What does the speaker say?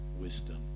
wisdom